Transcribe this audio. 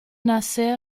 nasr